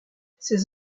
ses